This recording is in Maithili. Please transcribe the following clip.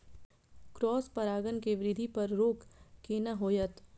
क्रॉस परागण के वृद्धि पर रोक केना होयत?